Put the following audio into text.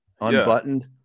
unbuttoned